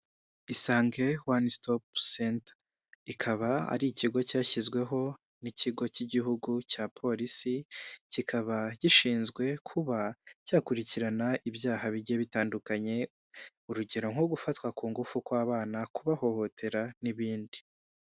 Isange wani sitopu senta, ikaba ari ikigo cyashyizweho n'ikigo cy'igihugu cya Polisi; kikaba gishinzwe kuba cyakurikirana ibyaha bigiye bitandukanye; urugero nko gufatwa ku ngufu kw'abana, kubahohotera, n'ibindi.